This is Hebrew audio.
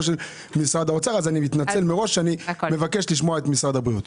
אז מתנצל מראש שאני מבקש מראש לשמוע את משרד הבריאות.